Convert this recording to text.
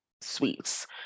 Suites